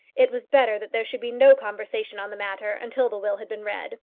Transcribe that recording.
it was better that there should be no conversation on the matter until the will had been read.